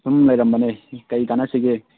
ꯁꯨꯝ ꯂꯩꯔꯝꯕꯅꯦ ꯀꯔꯤ ꯇꯥꯟꯅꯁꯤꯒꯦ